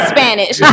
Spanish